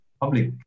Public